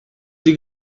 you